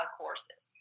courses